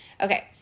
Okay